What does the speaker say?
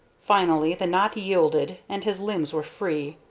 finally the knot yielded and his limbs were free,